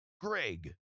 Greg